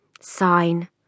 sign